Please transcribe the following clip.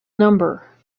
number